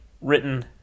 written